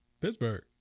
Pittsburgh